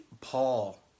Paul